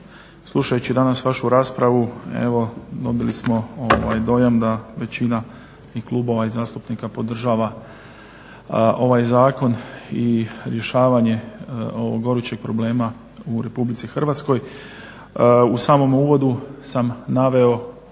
Slušajući danas vašu raspravu, evo dobili smo dojam da većina i klubova i zastupnika podržava ovaj zakon i rješavanje ovog gorućeg problema u Republici Hrvatskoj. U samom uvodu sam naveo